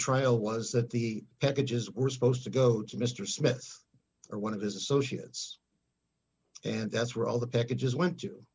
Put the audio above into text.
trial was that the packages were supposed to go to mr smith or one of his associates and that's where all the packages went to